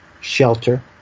shelter